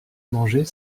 manger